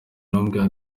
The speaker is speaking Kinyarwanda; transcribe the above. aramubwira